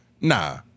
Nah